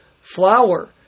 flower